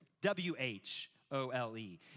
W-H-O-L-E